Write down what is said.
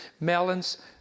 Melons